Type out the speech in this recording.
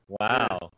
Wow